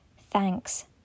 thanks